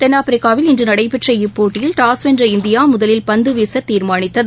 தென்னாப்பிரிக்காவில் இன்று நடைபெற்ற இப்போட்டியில் டாஸ் வென்ற இந்தியா முதலில் பந்துவீச தீர்மானித்தது